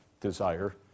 desire